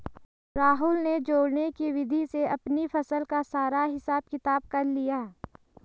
राहुल ने जोड़ने की विधि से अपनी फसल का सारा हिसाब किताब कर लिया